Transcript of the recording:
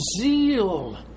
zeal